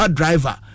driver